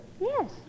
Yes